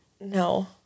No